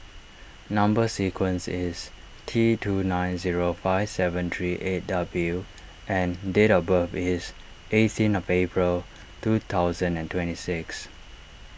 Number Sequence is T two nine zero five seven three eight W and date of birth is eighteen of April two thousand and twenty six